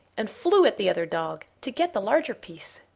and flew at the other dog to get the larger piece.